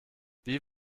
wie